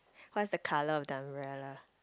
what's the colour of the umbrella